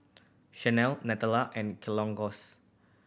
Chanel Nutella and Kellogg's